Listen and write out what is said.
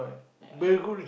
I